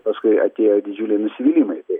paskui atėjo didžiuliai nusivylimai tai